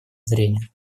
зрения